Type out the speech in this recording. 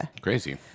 Crazy